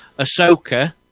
Ahsoka